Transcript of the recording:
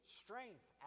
strength